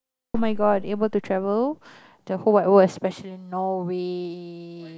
oh-my-god able to travel the whole wide world especially Norway